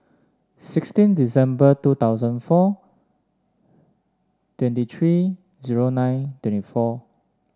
sixteen December two thousand four twenty three zero nine twenty four